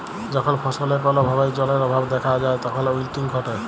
যখল ফসলে কল ভাবে জালের অভাব দ্যাখা যায় তখল উইলটিং ঘটে